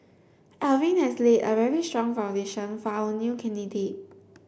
Alvin has laid a very strong foundation for our new candidate